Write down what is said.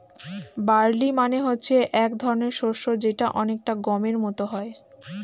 barley মানে হচ্ছে এক ধরনের শস্য যেটা অনেকটা গমের মত হয়